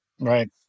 Right